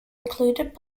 included